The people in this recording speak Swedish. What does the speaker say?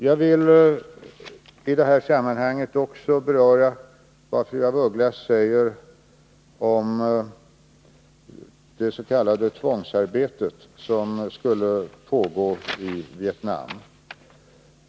Jag vill i detta sammanhang också beröra vad fru af Ugglas säger om det s.k. tvångsarbete som skulle pågå i Vietnam.